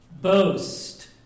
boast